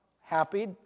happy